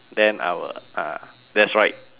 then I will ah that's right